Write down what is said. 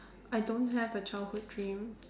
I don't have a childhood dream